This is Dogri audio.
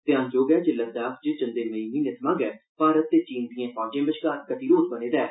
ध्यानजोग ऐ जे लद्दाख च जंदे मई म्हीने थमां गै भारत ते चीन दिएं फौजें बश्कार गतिरोध बने दा ऐ